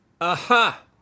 Aha